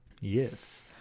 Yes